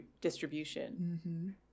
distribution